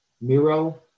Miro